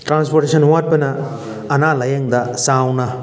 transportation ꯋꯥꯠꯄꯅ ꯑꯅꯥ ꯂꯥꯏꯌꯦꯡꯗ ꯆꯥꯎꯅ